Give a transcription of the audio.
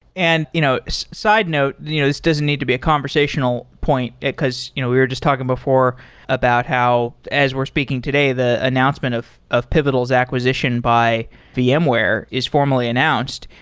and you know side note. you know this doesn't need to be a conversational point, because you know we're just talking before about how as we're speaking today, the announcement of of pivotal's acquisition by ah vmware is formally announced.